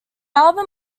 album